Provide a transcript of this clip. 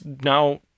now